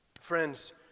Friends